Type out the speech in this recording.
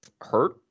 hurt